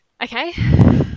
Okay